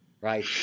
right